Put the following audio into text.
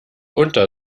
unter